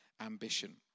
ambition